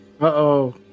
Uh-oh